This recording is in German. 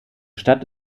stadt